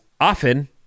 often